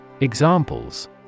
Examples